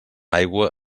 aigua